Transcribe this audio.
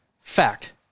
fact